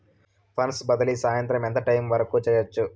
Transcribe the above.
funds బదిలీ సాయంత్రం ఎంత టైము వరకు చేయొచ్చు